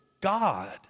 God